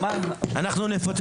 הישיבה ננעלה בשעה 10:19.